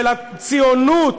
של הציונות,